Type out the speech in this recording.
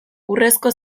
urrezko